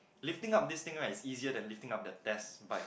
lifting up this thing right is easier than lifting up that test bike